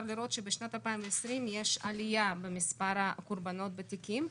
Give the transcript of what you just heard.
לראות שבשנת 2020 יש עליה במספר הקורבנות בתיקים.